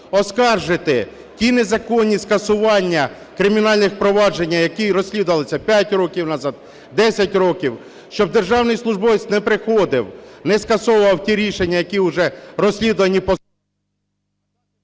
оскаржити ті незаконні скасування кримінальних проваджень, які розслідуються п'ять років назад, десять років. Щоб державний службовець не приходив не скасовував ті рішення, які уже розслідувані…